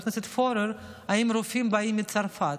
הכנסת פורר: האם רופאים באים מצרפת?